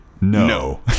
no